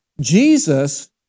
Jesus